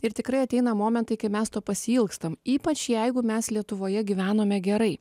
ir tikrai ateina momentai kai mes to pasiilgstam ypač jeigu mes lietuvoje gyvenome gerai